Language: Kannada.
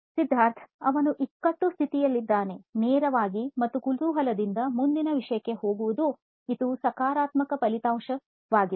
ಸಿದ್ಧಾರ್ಥ್ ಅವನು ಇಕ್ಕಟ್ಟು ಸ್ಥಿತಿಯಲ್ಲಿದ್ದಾನೆ ನೇರವಾಗಿ ಮತ್ತು ಕುತೂಹಲದಿಂದ ಮುಂದಿನ ವಿಷಯಕ್ಕೆ ಹೋಗುವನು ಇದು ಸಕಾರಾತ್ಮಕ ಫಲಿತಾಂಶವಾಗಿದೆ